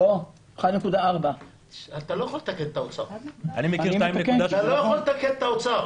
לא, 1.4. אתה לא יכול לתקן את האוצר.